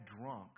drunk